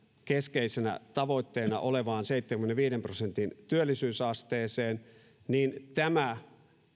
keskeisenä tavoitteena olevaan seitsemänkymmenenviiden prosentin työllisyysasteeseen niin tämä